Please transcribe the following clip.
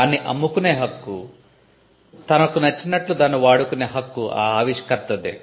దాన్ని అమ్ముకునే హక్కు తనకు నచ్చినట్లు దాన్ని వాడుకునే హక్కు ఆ ఆవిష్కర్తదే